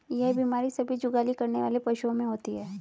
यह बीमारी सभी जुगाली करने वाले पशुओं में होती है